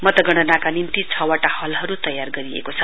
मतगणनाका निम्ति छ वटा हलहरु तयार गरिएको छ